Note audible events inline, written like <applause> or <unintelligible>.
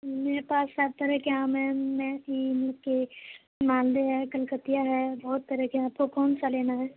میرے پاس سات طرح کے آم ہیں <unintelligible> مالدہ ہے کلکتیا ہے بہت طرح کے آپ کو کون سا لینا ہے